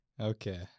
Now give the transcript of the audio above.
okay